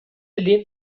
lehnt